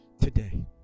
today